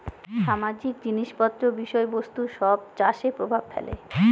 সামাজিক জিনিস পত্র বিষয় বস্তু সব চাষে প্রভাব ফেলে